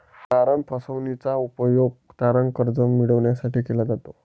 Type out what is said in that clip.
तारण फसवणूकीचा उपयोग तारण कर्ज मिळविण्यासाठी केला जातो